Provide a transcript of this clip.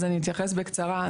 אתייחס בקצרה.